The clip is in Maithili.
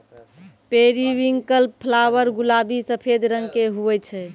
पेरीविंकल फ्लावर गुलाबी सफेद रंग के हुवै छै